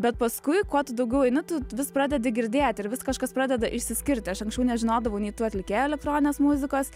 bet paskui kuo tu daugiau eini tu vis pradedi girdėt ir vis kažkas pradeda išsiskirti aš anksčiau nežinodavau nei tų atlikėjų elektroninės muzikos